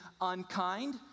unkind